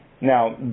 Now